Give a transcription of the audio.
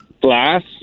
Glass